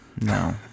No